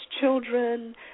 children